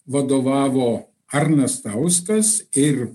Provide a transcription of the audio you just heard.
vadovavo arnastauskas ir